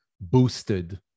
boosted